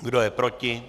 Kdo je proti?